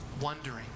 Wondering